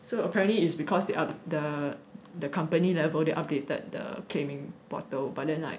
so apparently is because they up~ the the company level they updated the claiming portal but then like